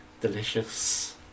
delicious